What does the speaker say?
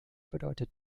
bedeutet